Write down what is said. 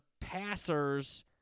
passers